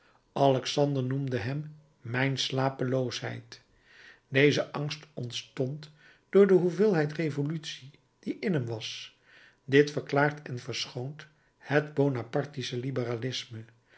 alexander noemde hem mijn slapeloosheid deze angst ontstond door de hoeveelheid revolutie die in hem was dit verklaart en verschoont het bonapartistische liberalisme